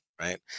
right